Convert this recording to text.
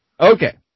Okay